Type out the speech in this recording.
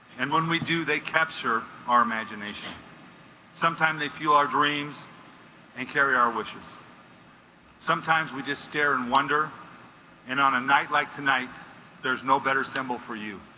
and when we do they capture our imagination sometime they fuel our dreams and carry our wishes sometimes we just stare and wonder and on a night like tonight there's no better symbol for you